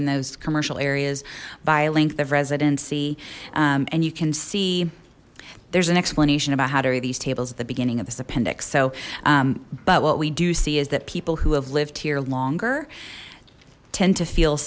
in those commercial areas by length of residency and you can see there's an explanation about how to read these tables at the beginning of this appendix so but what we do see is that people who have lived here longer tend to feel